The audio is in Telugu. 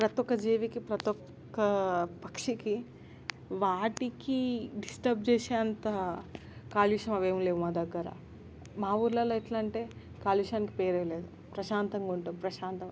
ప్రతీ ఒక్క జీవికీ ప్రతీ ఒక్క పక్షికి వాటికి డిస్టర్బ్ చేసేంత కాలుష్యం అవి ఏమీ లేవు మా దగ్గర మా ఊళ్ళలో ఎట్లా అంటే కాలుష్యానికి పేరే లేదు ప్రశాంతంగా ఉంటాము ప్రశాంతం